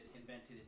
invented